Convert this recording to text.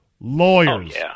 Lawyers